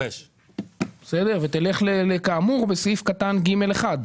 ותלך לכאמור בסעיף קטן (ג)(1).